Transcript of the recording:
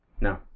No